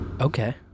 Okay